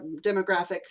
demographic